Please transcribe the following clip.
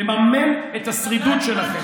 לממן את השרידות שלכם.